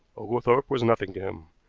oglethorpe was nothing to him.